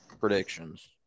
predictions